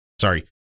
sorry